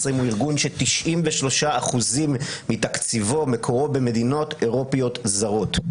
הוא ארגון ש-93% מתקציבו מקורו במדינות אירופיות זרות.